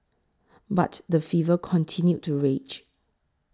but the fever continued to rage